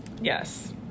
Yes